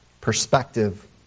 Perspective